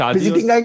Visiting